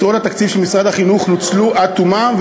יתרות התקציב של משרד החינוך נוצלו עד תומן.